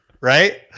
right